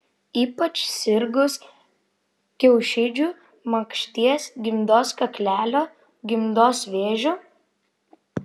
ypač sirgus kiaušidžių makšties gimdos kaklelio gimdos vėžiu